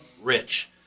rich